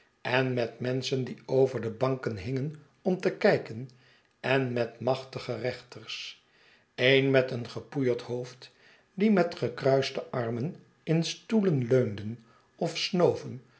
en met menschen die over de banken hingen om te kij ken en met machtige reenters een met een gepoeierd hoofd die met gekruiste armen in stoelen leunden of snoven